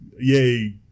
yay